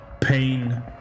Pain